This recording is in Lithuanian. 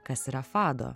kas yra fado